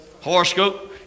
horoscope